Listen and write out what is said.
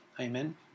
Amen